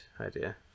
idea